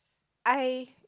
I